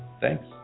Thanks